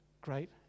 great